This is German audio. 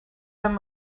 einem